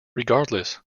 regardless